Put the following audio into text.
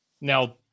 Now